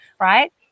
right